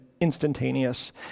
instantaneous